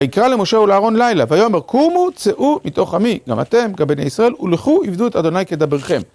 ויקרא למשה ולאהרון לילה ויאמר קומו צאו מתוך עמי גם אתם גם בני ישראל ולכו עבדו את אדוני כדברכם